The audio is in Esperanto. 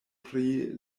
pri